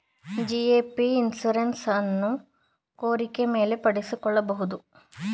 GAP insurance ಅನ್ನು ಕೋರಿಕೆ ಮೇಲೆ ಪಡಿಸಿಕೊಳ್ಳಬಹುದು